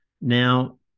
Now